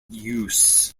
use